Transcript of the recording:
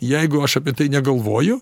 jeigu aš apie tai negalvoju